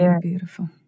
beautiful